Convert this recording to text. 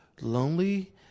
lonely